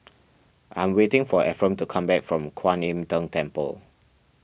I am waiting for Efrem to come back from Kuan Im Tng Temple